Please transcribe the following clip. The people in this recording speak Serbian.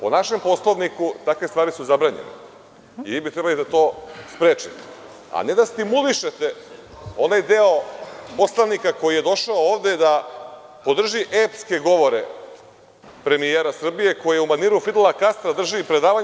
Po našem Poslovniku takve stvari su zabranjene i vi bi trebali da to sprečite, a ne da stimulišete onaj deo poslanika koji je došao ovde da podrži epske govore premijera Srbije, koji u maniru Fidela Kastra drži predavanja…